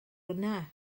yna